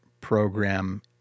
program